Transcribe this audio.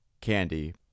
candy